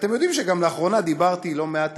אתם יודעים שגם לאחרונה דיברתי לא מעט